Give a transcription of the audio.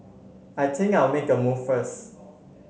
I think I'll make a move first